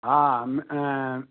हा